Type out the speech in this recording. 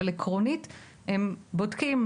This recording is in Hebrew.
עקרונית הם בודקים,